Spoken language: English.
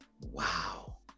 Wow